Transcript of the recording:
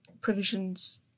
provisions